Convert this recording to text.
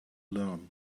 learn